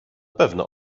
pewno